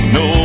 no